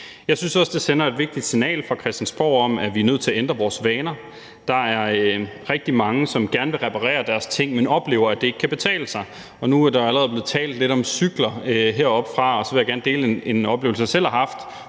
Jeg synes også, det sender et vigtigt signal fra Christiansborg om, at vi er nødt til at ændre vores vaner Der er rigtig mange, som gerne vil reparere deres ting, men oplever, at det ikke kan betale sig, og nu er der allerede blevet talt lidt om cykler her oppefra, og så vil jeg gerne dele en oplevelse, jeg selv haft